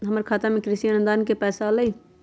हमर खाता में कृषि अनुदान के पैसा अलई?